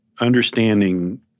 understanding